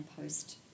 post